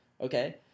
okay